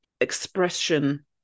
expression